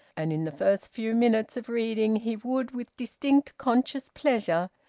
and in the first few minutes of reading he would with distinct, conscious pleasure,